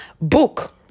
book